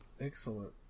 Excellent